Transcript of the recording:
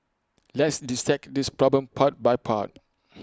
let's dissect this problem part by part